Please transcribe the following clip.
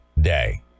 day